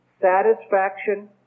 satisfaction